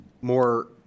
more